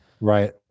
Right